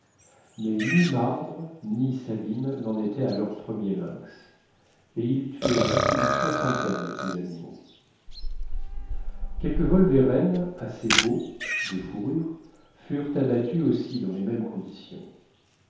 mais ni marbre ni sabine n'en étaient à leurs premiers lynx et ils tuèrent une soixantaine de ces animaux quelques wolvérènes assez beaux de fourrure furent abattus aussi dans les mêmes conditions